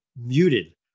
muted